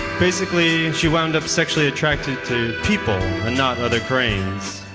basically, she wounded up sexually attracted to people and not other cranes.